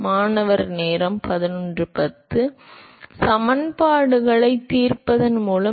மாணவர் சமன்பாடுகளைத் தீர்ப்பதன் மூலம்